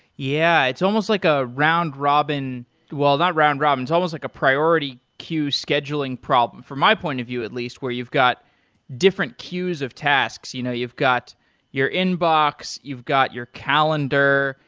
yeah, it's almost ah round-robin well, not round-robin. it's almost like a priority queue scheduling problem from my point of view at least where you've got different queues of tasks. you know you've got your inbox. you've got your calendar.